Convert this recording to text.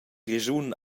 grischun